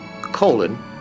colon